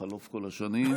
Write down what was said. בחלוף כל השנים,